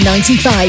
95